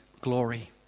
glory